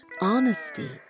honesty